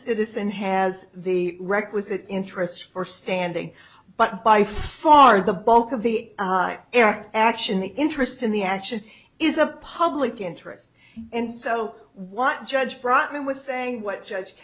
citizen has the requisite interest for standing but by far the bulk of the air action the interest in the action is a public interest and so what judge brotman was saying what judge